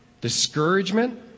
discouragement